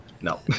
no